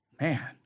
man